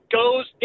goes